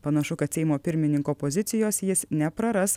panašu kad seimo pirmininko pozicijos jis nepraras